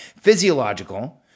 physiological